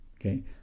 Okay